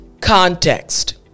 context